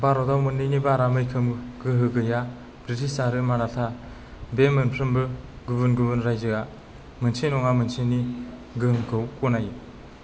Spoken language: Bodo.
भारताव मोन्नैनि बारा मैखोम गोहो गैया ब्रिटिश आरो माराठा आरो मोनफ्रोमबो गुबुन गुबुन राइजोआ मोनसे नङा मोनसेनि गोहोमखौ गनायो